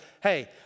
hey